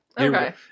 okay